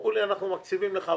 אמרו לי באוצר: אנחנו מקציבים לך...